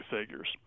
figures